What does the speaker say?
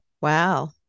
Wow